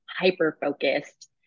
hyper-focused